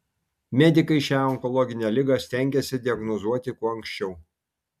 medikai šią onkologinę ligą stengiasi diagnozuoti kuo anksčiau